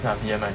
拿 B_M_I 的